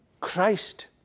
Christ